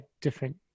different